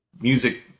music